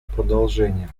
продолжение